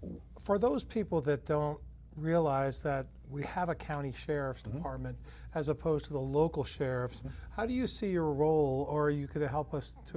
why for those people that don't realize that we have a county sheriff's department as opposed to the local sheriffs how do you see your role or you could help us to